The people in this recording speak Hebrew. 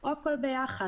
או הכול ביחד.